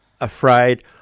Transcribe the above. afraid